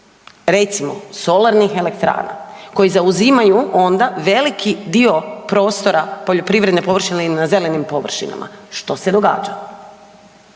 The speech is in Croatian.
recimo, solarnih elektrana, koji zauzimaju onda veliki dio prostora poljoprivredne površine ili na zelenim površinama, što se događa,